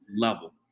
level